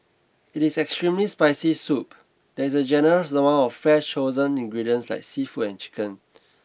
in its extremely spicy soup there is a generous amount of fresh chosen ingredients like seafood and chicken